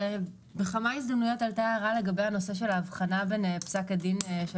בכמה הזדמנויות עלתה הערה לגבי הנושא של ההבחנה בין פסק הדין של